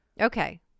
Okay